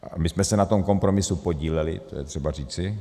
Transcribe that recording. A my jsme se na tom kompromisu podíleli, to je třeba říci.